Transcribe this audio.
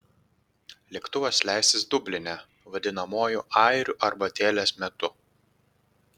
lėktuvas leisis dubline vadinamuoju airių arbatėlės metu